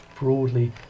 broadly